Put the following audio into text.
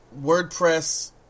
WordPress